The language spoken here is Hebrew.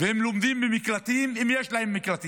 והם לומדים במקלטים, אם יש להם מקלטים.